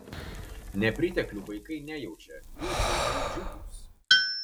nepriteklių vaikai nejaučia jų veidai džiugūs